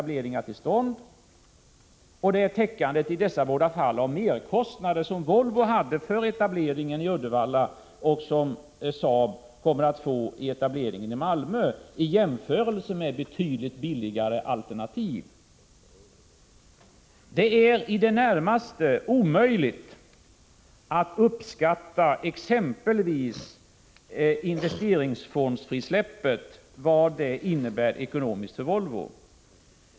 Det är i dessa båda fall fråga om att täcka de merkostnader som Volvo hade för etableringen i Uddevalla och som Saab kommer att få vid etableringen i Malmö i jämförelse med betydligt billigare alternativ. Det är i det närmaste omöjligt att uppskatta vad exempelvis investeringsfondsfrisläppet innebär ekonomiskt för Volvo.